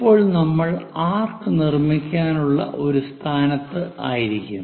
ഇപ്പോൾ നമ്മൾ ആർക്ക് നിർമ്മിക്കാനുള്ള ഒരു സ്ഥാനത്ത് ആയിരിക്കും